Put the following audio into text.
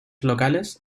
locales